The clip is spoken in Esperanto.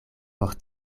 por